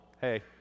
Hey